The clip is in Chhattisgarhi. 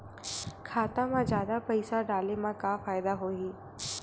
खाता मा जादा पईसा डाले मा का फ़ायदा होही?